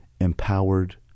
empowered